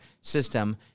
system